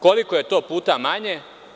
Koliko je to puta manje?